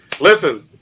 Listen